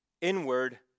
Inward